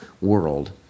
world